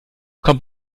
kommt